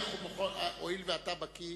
הואיל ואתה בקי,